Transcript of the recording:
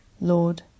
Lord